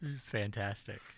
fantastic